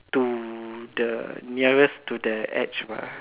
to the nearest to the edge mah